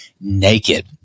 naked